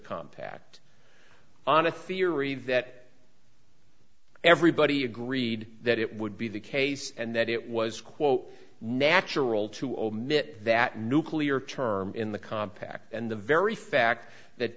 compact on a theory that everybody agreed that it would be the case and that it was quote natural to omit that nuclear term in the compact and the very fact that